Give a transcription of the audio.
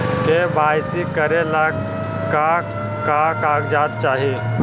KYC करे ला का का कागजात चाही?